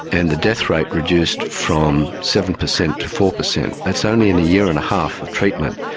and the death rate reduced from seven percent to four percent. that's only in a year and a half of treatment.